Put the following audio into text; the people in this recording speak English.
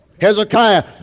Hezekiah